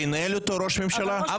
וינהל אותו ראש הממשלה?